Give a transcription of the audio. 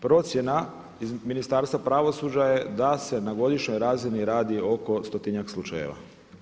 Procjena iz Ministarstva pravosuđa je da se na godišnjoj razini radi oko stotinjak slučajeva.